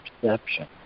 perception